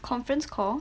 conference call